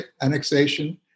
annexation